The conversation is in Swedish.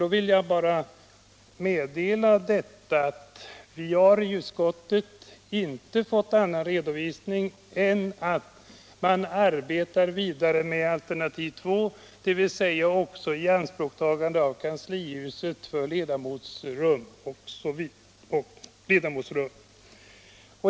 Då vill jag bara meddela att vi i utskottet inte har fått annan redovisning än att man arbetar vidare med alternativ 2, dvs. också ianspråktagande av Kanslihuset för ledamotsrum.